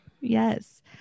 yes